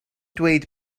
dweud